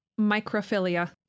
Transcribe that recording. microphilia